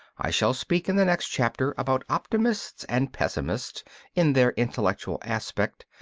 i shall speak in the next chapter about optimists and pessimists in their intellectual aspect,